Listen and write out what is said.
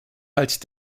halt